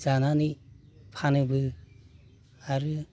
जानानै फानोबो आरो